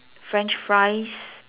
french fries